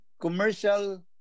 commercial